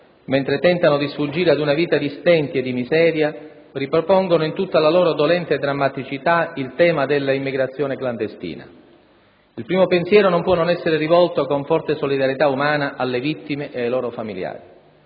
mentre tentano di sfuggire ad una vita di stenti e di miseria ripropongono in tutta la loro dolente drammaticità il tema dell'immigrazione clandestina. Il primo pensiero non può non essere rivolto con forte solidarietà umana alle vittime e ai loro familiari.